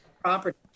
property